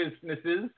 businesses